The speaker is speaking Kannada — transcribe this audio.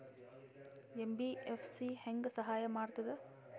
ಎಂ.ಬಿ.ಎಫ್.ಸಿ ಹೆಂಗ್ ಸಹಾಯ ಮಾಡ್ತದ?